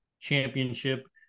championship